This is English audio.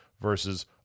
versus